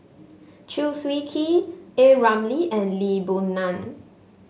Chew Swee Kee A Ramli and Lee Boon Ngan